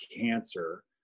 cancer